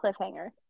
cliffhanger